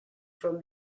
from